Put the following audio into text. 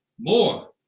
more